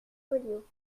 folliot